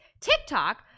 TikTok